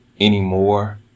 anymore